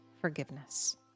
Forgiveness